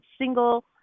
single